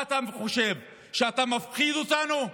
מה אתה חושב, שאתה מפחיד אותנו?